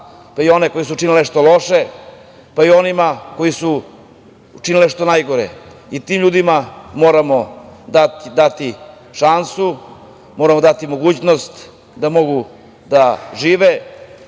zla, i one koji su činili nešto loše, pa i onima koji su učinili nešto najgore. I tim ljudima moramo dati šansu, moramo dati mogućnost da mogu da žive